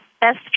best